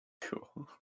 Cool